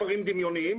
מספרים דמיוניים,